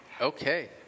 Okay